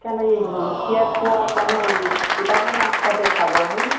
কেন এই লুচি আর পোহা কেন এটা কেন একসাথে খাবো আমি